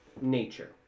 nature